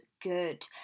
good